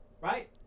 Right